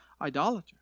idolater